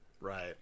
Right